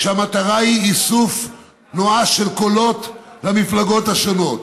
והמטרה היא איסוף של קולות למפלגות השונות.